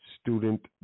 student